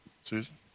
Susan